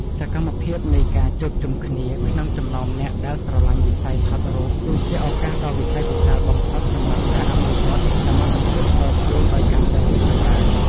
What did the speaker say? សកម្មភាពនៃការជួបជុំគ្នាក្នុងចំណោមអ្នកដែលស្រឡាញ់វិស័យថតរូបគឺជាឱកាសដ៏វិសេសវិសាលបំផុតសម្រាប់ការអភិវឌ្ឍសមត្ថភាពផ្ទាល់ខ្លួនឱ្យកាន់តែរីកចម្រើន។